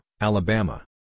Alabama